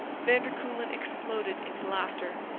van der kuylen exploded into laughter.